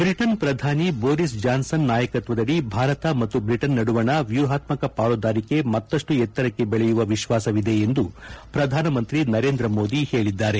ಬ್ರಿಟನ್ನ ಪ್ರಧಾನಿ Boris Johnson ನಾಯಕತ್ವದದಿ ಭಾರತ ಮತ್ತು ಬ್ರಿಟನ್ ನಡುವಣ ವ್ಯೂಹಾತ್ಮಕ ಪಾಲುದಾರಿಕೆ ಮತ್ತಷ್ಟು ಎತ್ತರಕ್ಕೆ ಬೆಳೆಯುವ ವಿಶ್ವಾಸವಿದೆ ಎಂದು ಪ್ರಧಾನಮಂತ್ರಿ ನರೇಂದ್ರ ಮೋದಿ ಹೇಳಿದ್ದಾರೆ